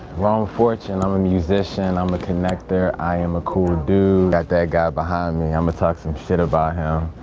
rome fortune, i'm a musician, i'm a connector, i am a cool dude. got that guy behind me, i'mma talk some shit about him.